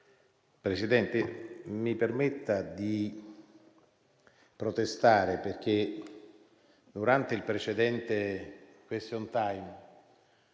Presidente, mi permetta di protestare perché durante il precedente *question time*